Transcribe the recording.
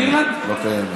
לא, לא קיימת.